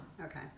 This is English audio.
Okay